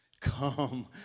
Come